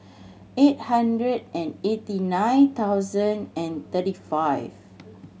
eight hundred and eighty nine thousand and thirty five